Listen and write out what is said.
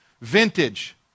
vintage